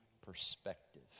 perspective